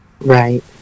Right